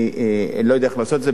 אני לא יודע איך לעשות את זה.